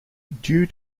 due